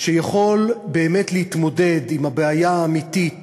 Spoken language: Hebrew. שיכול באמת להתמודד עם הבעיה האמיתית